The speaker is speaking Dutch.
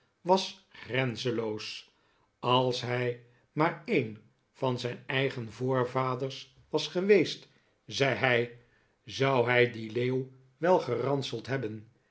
was grenzenloos als hij maar een van zijn eigen voorvaders was geweest zei hij zou hij dien leeuw wel geranseld hebben